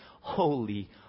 holy